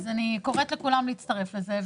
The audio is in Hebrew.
אז אני קוראת לכולם להצטרף לזה,